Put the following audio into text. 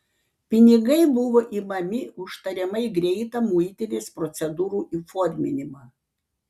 pinigai buvo imami už tariamai greitą muitinės procedūrų įforminimą